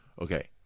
okay